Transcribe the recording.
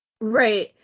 Right